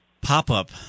pop-up